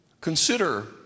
Consider